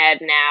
now